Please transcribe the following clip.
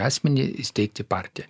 asmenį įsteigti partiją